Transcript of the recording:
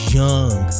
young